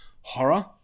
horror